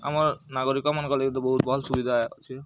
ଆମର୍ ନାଗରିକମାନଙ୍କ ଲାଗି ବହୁତ ଭଲ୍ ସୁବିଧା ଅଛି